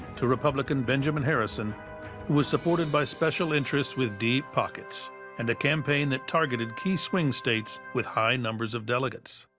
to republican benjamin harrison, who was supported by special interests with deep pockets and a campaign that targeted key swing states with high numbers of delegates.